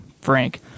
Frank